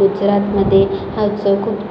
गुजरातमध्ये हा सण खूप